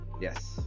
yes